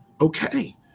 Okay